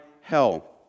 hell